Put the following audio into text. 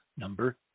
Number